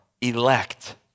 elect